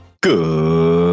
Good